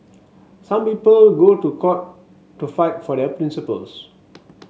some people go to court to fight for their principles